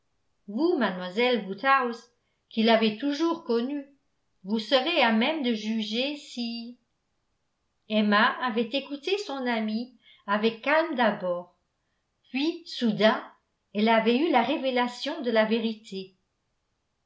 vous mademoiselle woodhouse qui l'avez toujours connu vous serez à même de juger si emma avait écouté son amie avec calme d'abord puis soudain elle avait eu la révélation de la vérité